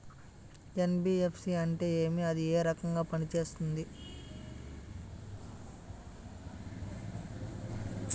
NBFC అంటే ఏమి అది ఏ రకంగా పనిసేస్తుంది